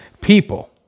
people